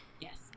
Yes